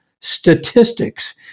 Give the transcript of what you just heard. statistics